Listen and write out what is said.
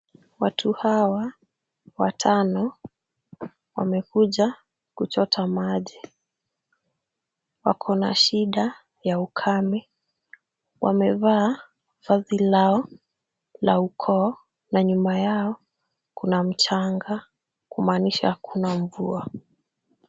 Watu hawa watano wamekuja kuchota maji. Wako na shida ya ukame. Wamevaa vazi lao la ukoo na nyuma yao kuna mchanga kumaanisha kuna mvua.